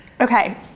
Okay